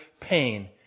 pain